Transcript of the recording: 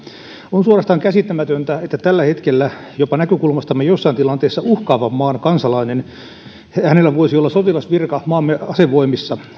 on suorastaan käsittämätöntä että tällä hetkellä jopa näkökulmastamme jossain tilanteessa uhkaavan maan kansalaisella voisi olla sotilasvirka maamme asevoimissa